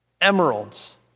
emeralds